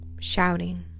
shouting